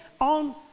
on